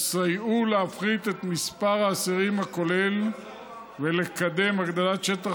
יסייעו להפחית את מספר האסירים הכולל ולקדם הגדלת שטח